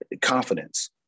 confidence